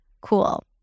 Cool